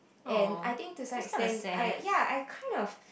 and I think to some extent I ya I kind of